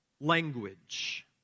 language